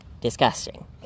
disgusting